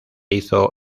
hizo